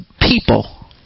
people